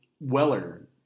Weller